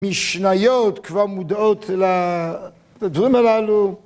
משניות כבר מודעות לדברים הללו